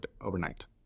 overnight